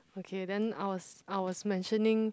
okay then I was I was mentioning